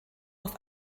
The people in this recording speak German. auf